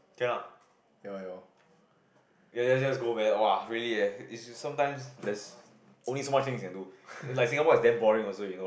ya ya lor